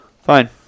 Fine